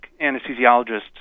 anesthesiologists